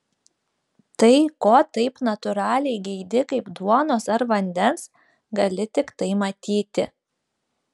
tai ko taip natūraliai geidi kaip duonos ar vandens gali tiktai matyti